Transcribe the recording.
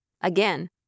Again